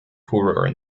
poorer